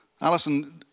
Alison